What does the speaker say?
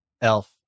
elf